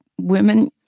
women,